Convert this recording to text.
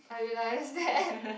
I realised that